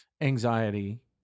anxiety